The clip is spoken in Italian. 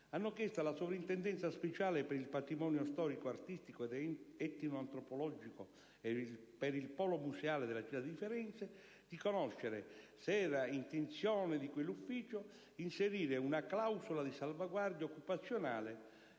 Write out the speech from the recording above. hanno chiesto alla Soprintendenza speciale per il patrimonio storico, artistico ed etnoantropologico e per il polo museale della Città di Firenze di conoscere se era intenzione di quell'ufficio inserire una clausola di salvaguardia occupazionale